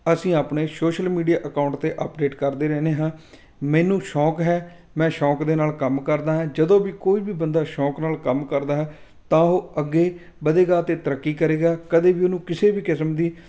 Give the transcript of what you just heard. ਅਸੀਂ ਆਪਣੇ social media account 'ਤੇ ਅਪਡੇਟ ਕਰਦੇ ਰਹਿੰਦੇ ਹਾਂ ਮੈਨੂੰ ਸ਼ੌਂਕ ਹੈ ਮੈਂ ਸ਼ੌਂਕ ਦੇ ਨਾਲ ਕੰਮ ਕਰਦਾ ਹਾਂ ਜਦੋਂ ਵੀ ਕੋਈ ਵੀ ਬੰਦਾ ਸ਼ੌਂਕ ਨਾਲ ਕੰਮ ਕਰਦਾ ਹੈ ਤਾਂ ਉਹ ਅੱਗੇ ਵਧੇਗਾ ਅਤੇ ਤਰੱਕੀ ਕਰੇਗਾ ਕਦੇ ਵੀ ਉਹਨੂੰ ਕਿਸੇ ਵੀ ਕਿਸਮ ਦੀ